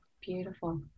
Beautiful